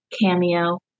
cameo